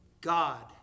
God